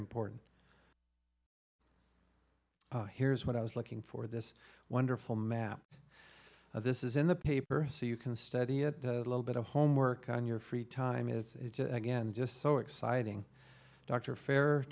important here's what i was looking for this wonderful map this is in the paper so you can study it a little bit of homework on your free time it's again just so exciting dr fair